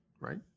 right